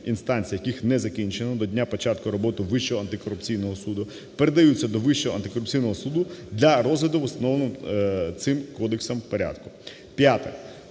яких на закінчено до дня початку роботи Вищого антикорупційного суду, передаються до Вищого антикорупційного суду для розгляду в установленому цим Кодексом порядку.